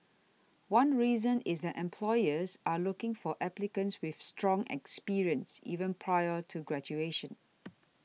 one reason is that employers are looking for applicants with strong experience even prior to graduation